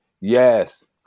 yes